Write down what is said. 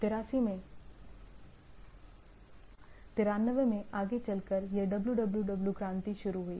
93 में आगे चलकर यह डब्ल्यूडब्ल्यूडब्ल्यू क्रांति शुरू हुई